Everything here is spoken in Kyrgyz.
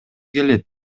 келет